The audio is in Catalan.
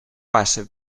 pas